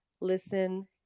listen